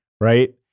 right